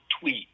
tweet